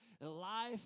life